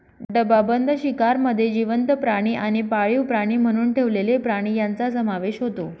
डबाबंद शिकारमध्ये जिवंत प्राणी आणि पाळीव प्राणी म्हणून ठेवलेले प्राणी यांचा समावेश होतो